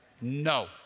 No